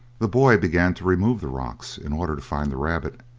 the boy began to remove the rocks in order to find the rabbit,